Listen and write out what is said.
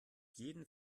jeden